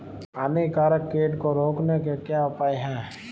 हानिकारक कीट को रोकने के क्या उपाय हैं?